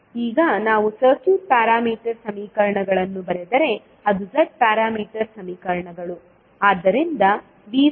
ಈಗ ನಾವು circuit parameter ಸಮೀಕರಣಗಳನ್ನು ಬರೆದರೆ ಅದು Z ಪ್ಯಾರಾಮೀಟರ್ ಸಮೀಕರಣಗಳು